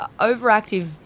overactive